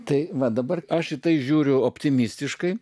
tai va dabar aš šitai žiūriu optimistiškai